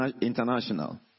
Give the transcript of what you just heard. international